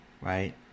right